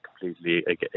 completely